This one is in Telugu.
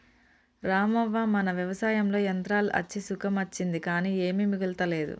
రామవ్వ మన వ్యవసాయంలో యంత్రాలు అచ్చి సుఖం అచ్చింది కానీ ఏమీ మిగులతలేదు